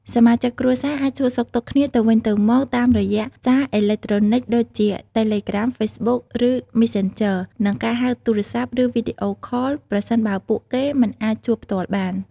សមាជិកគ្រួសារអាចសួរសុខទុក្ខគ្នាទៅវិញទៅមកតាមរយៈសារអេឡិចត្រូនិចដូចជា តេឡេក្រាម, ហ្វេសប៊ុក ឬ ម៉េសសេនជឺ និងការហៅទូរស័ព្ទ ឬវីដេអូខលប្រសិនបើពួកគេមិនអាចជួបផ្ទាល់បាន។